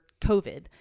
COVID